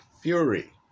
Fury